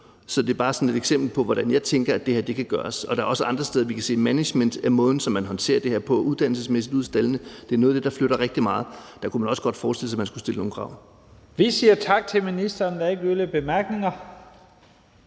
Så det er bare et eksempel på, hvordan jeg tænker det her kan gøres. Der er også andre steder, vi kan se det. Management er måden, som man håndterer det her på uddannelsesmæssigt ude i staldene, og det er noget af det, der flytter rigtig meget. Her kunne man også godt forestille sig, at man skulle stille nogle krav. Kl. 12:40 Første næstformand (Leif Lahn Jensen): Vi siger